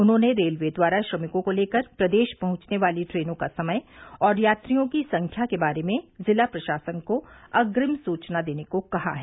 उन्होंने रेलवे द्वारा श्रमिकों को लेकर प्रदेश पहुंचने वाली ट्रेनों का समय और यात्रियों की संख्या के बारे में जिला प्रशासन को अग्रिम सूचना देने को कहा है